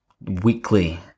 Weekly